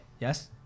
Yes